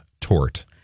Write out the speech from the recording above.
tort